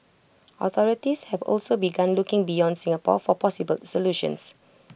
authorities have also begun looking beyond Singapore for possible solutions